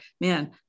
man